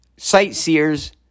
Sightseers